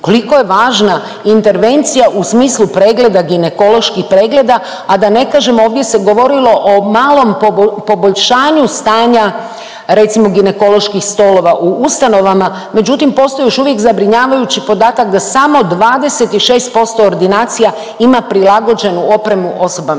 koliko je važna intervencija u smislu pregleda, ginekoloških pregleda, a da ne kažemo ovdje se govorilo o malom poboljšanju stanja recimo ginekoloških stolova u ustanovama, međutim postoji još uvijek zabrinjavajući podatak da samo 26% ordinacija ima prilagođenu opremu osobama